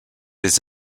des